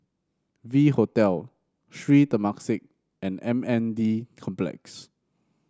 V Hotel Sri Temasek and M N D Complex